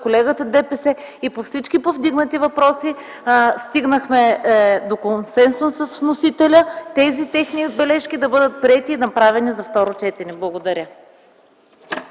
колегата от ДПС. По всички повдигнати въпроси стигнахме до консенсус с вносителя - тези техни бележки да бъдат приети и направени за второ четене. Благодаря.